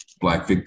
black